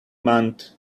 month